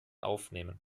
aufnehmen